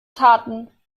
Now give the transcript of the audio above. taten